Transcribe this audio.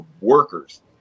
workers